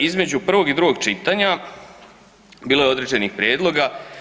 Između prvog i drugog čitanja bilo je određenih prijedloga.